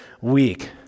week